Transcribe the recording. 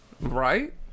right